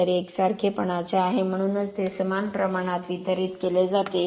तर हे एकसारखेपणाचे आहे म्हणूनच ते समान प्रमाणात वितरीत केले जाते